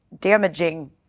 damaging